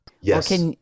Yes